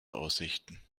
aussichten